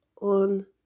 on